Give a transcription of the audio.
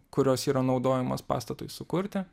kurios yra naudojamos pastatui sukurti